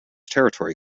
territory